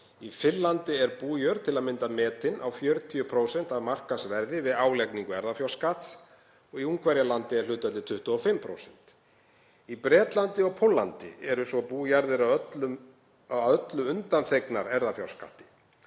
Í Finnlandi er bújörð til að mynda metin á 40% af markaðsverði við álagningu erfðafjárskatts og í Ungverjalandi er hlutfallið 25%. Í Bretlandi og Póllandi eru svo bújarðir að öllu undanþegnar erfðafjárskatti